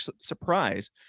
surprise